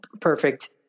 perfect